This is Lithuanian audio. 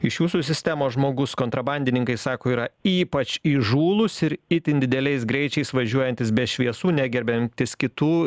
iš jūsų sistemos žmogus kontrabandininkai sako yra ypač įžūlus ir itin dideliais greičiais važiuojantys be šviesų negerbiantis kitų